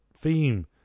theme